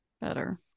better